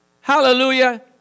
hallelujah